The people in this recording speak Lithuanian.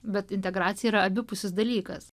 bet integracija yra abipusis dalykas